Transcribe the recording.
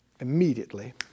immediately